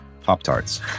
Pop-Tarts